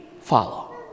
follow